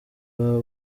baba